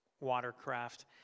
watercraft